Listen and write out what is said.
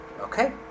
okay